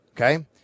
Okay